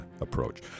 approach